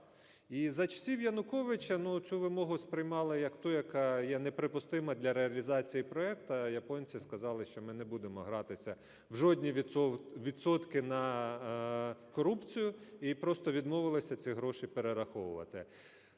І за часів Януковича, ну, цю вимогу сприймали як ту, яка є неприпустима для реалізації проекту, а японці сказали, що ми не будемо гратися в жодні відсотки на корупцію і просто відмовилися ці гроші перераховувати.